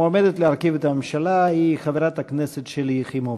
המועמדת להרכיב את הממשלה היא חברת הכנסת שלי יחימוביץ.